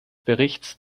berichts